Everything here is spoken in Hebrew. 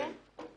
כן.